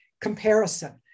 comparison